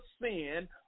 sin